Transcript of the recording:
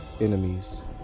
enemies